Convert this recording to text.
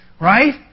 Right